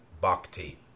bhakti